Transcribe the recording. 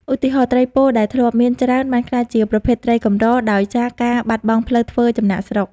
ឧទាហរណ៍ ត្រីពោដែលធ្លាប់មានច្រើន បានក្លាយជាប្រភេទត្រីកម្រ ដោយសារការបាត់បង់ផ្លូវធ្វើចំណាកស្រុក។